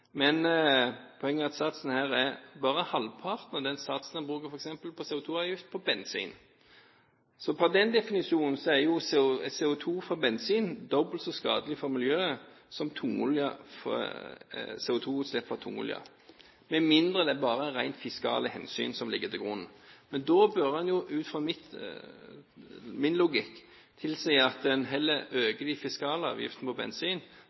Men poenget er at satsen her bare er halvparten av den satsen en bruker på CO2-avgift på bensin. Så etter den definisjonen er CO2 fra bensin dobbelt så skadelig for miljøet som CO2-utslipp fra tungolje – med mindre det bare er rent fiskale hensyn som ligger til grunn. Det bør ut fra min logikk tilsi at en heller øker fiskalavgiften på bensin,